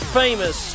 famous